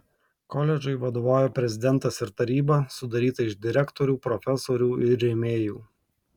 koledžui vadovauja prezidentas ir taryba sudaryta iš direktorių profesorių ir rėmėjų